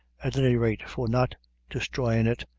at any rate, for not destroyin' it!